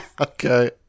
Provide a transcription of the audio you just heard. Okay